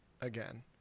again